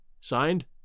Signed